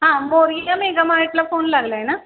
हां बोरिया मेगामार्टला फोन लागला आहे ना